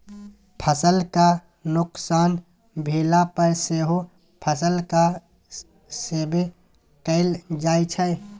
फसलक नोकसान भेला पर सेहो फसलक सर्वे कएल जाइ छै